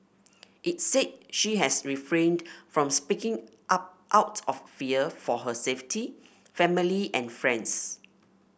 it said she has refrained from speaking up out of fear for her safety family and friends